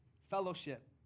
fellowship